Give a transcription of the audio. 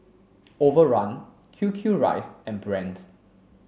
Overrun Q Q rice and Brand's